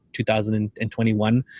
2021